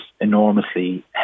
enormously